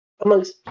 amongst